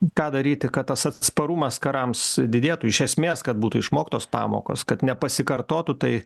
ką daryti kad tas atsparumas karams didėtų iš esmės kad būtų išmoktos pamokos kad nepasikartotų tai